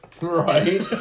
Right